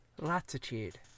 Latitude